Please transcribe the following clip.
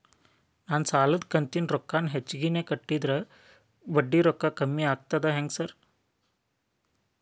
ನಾನ್ ಸಾಲದ ಕಂತಿನ ರೊಕ್ಕಾನ ಹೆಚ್ಚಿಗೆನೇ ಕಟ್ಟಿದ್ರ ಬಡ್ಡಿ ರೊಕ್ಕಾ ಕಮ್ಮಿ ಆಗ್ತದಾ ಹೆಂಗ್ ಸಾರ್?